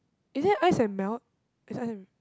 is it ice and melt is ice and